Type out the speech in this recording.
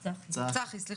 צחי.